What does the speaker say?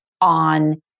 on